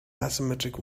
asymmetric